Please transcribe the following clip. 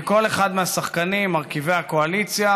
של כל אחד מהשחקנים, מרכיבי הקואליציה.